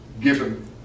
Given